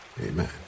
amen